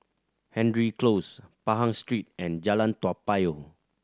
Hendry Close Pahang Street and Jalan Toa Payoh